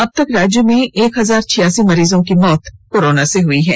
अब तक राज्य में एक हजार छियासी मरीज की मौत कोरोना से हुई हैं